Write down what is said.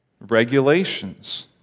regulations